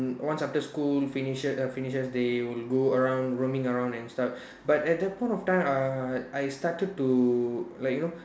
mm once after school finishes err finishes they will go around roaming around and stuff but at that point of time uh I started to like you know